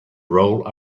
roll